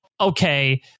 okay